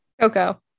Coco